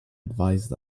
advised